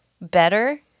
better